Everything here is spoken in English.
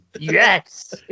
Yes